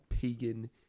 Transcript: pagan